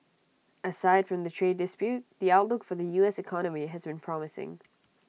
aside from the trade dispute the outlook for the us economy has been promising